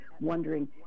wondering